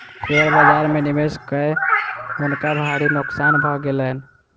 share बाजार में निवेश कय हुनका भारी नोकसान भ गेलैन